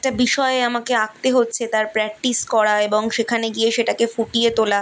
একটা বিষয় আমাকে আঁকতে হচ্ছে তার প্র্যাকটিস করা এবং সেখানে গিয়ে সেটাকে ফুটিয়ে তোলা